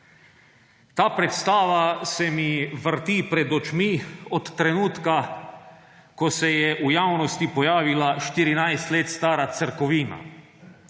Ta predstava se mi vrti pred očmi od trenutka, ko se je v javnosti pojavila 14 let stara crkovina.